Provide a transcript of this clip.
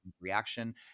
reaction –